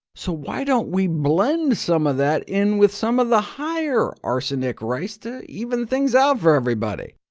so why don't we blend some of that in with some of the higher arsenic rice to even things out for everybody?